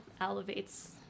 elevates